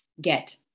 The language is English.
get